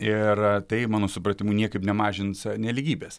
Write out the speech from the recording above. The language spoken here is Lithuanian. ir tai mano supratimu niekaip nemažins nelygybės